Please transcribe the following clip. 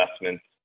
investments